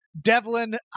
devlin